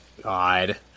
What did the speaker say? God